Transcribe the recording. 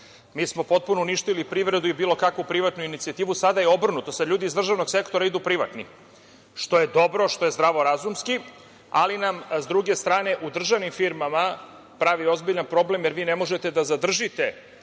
Mi smo potpuno uništili privredu i bilo kakvu privatnu inicijativu. Sada je obrnuto. Sada ljudi iz državnog sektora idu u privatni, što je dobro, što je zdravorazumski, ali nam, s druge strane, u državnim firmama pravi ozbiljan problem, jer vi ne možete da zadržite,